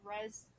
res